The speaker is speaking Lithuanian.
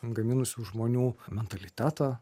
gaminusių žmonių mentalitetą